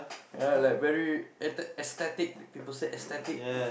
ya like very aesthe~ aesthetic people say aesthetic